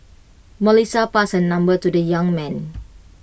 Melissa passed her number to the young man